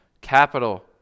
Capital